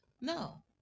No